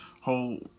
whole